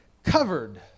covered